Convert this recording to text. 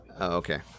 okay